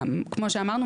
כמו שאמרנו,